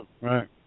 Right